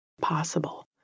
possible